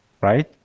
right